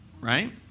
Right